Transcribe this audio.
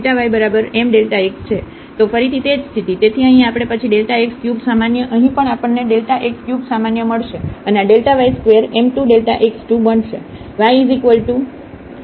તો ફરીથી તે જ સ્થિતિ તેથી અહીં આપણે પછી x ક્યુબ સામાન્ય અહીં પણ આપણને x ક્યુબ સામાન્ય મળશે અને આ yસ્ક્વેર m2 x 2 બનશે